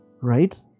Right